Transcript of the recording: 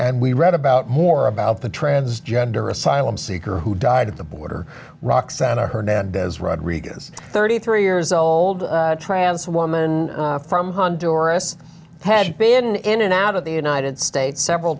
and we read about more about the transgender asylum seeker who died at the border roxana hernandez rodriguez thirty three years old transferred woman from honduras had been in and out of the united states several